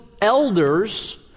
elders